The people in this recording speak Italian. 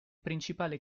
principale